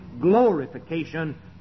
glorification